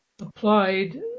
applied